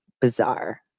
Bizarre